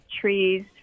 trees